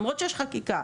למרות שיש חקיקה.